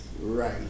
Right